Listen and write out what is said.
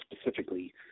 specifically